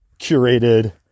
curated